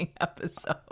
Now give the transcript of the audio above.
episode